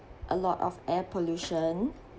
a lot of air pollution